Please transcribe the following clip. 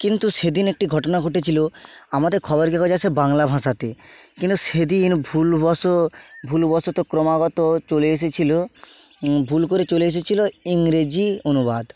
কিন্তু সেদিন একটি ঘটনা ঘটেছিল আমাদের খবরের কাগজ আসে বাংলা ভাষাতে কিন্তু সেদিন ভুলবশ ভুলবশত ক্রমাগত চলে এসেছিল ভুল করে চলে এসেছিল ইংরেজি অনুবাদ